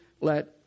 let